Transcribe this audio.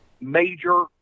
major